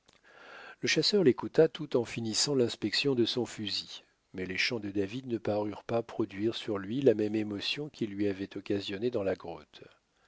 le chasseur l'écouta tout en finissant l'inspection de son fusil mais les chants de david ne parurent pas produire sur lui la même émotion qu'ils lui avaient occasionnée dans la grotte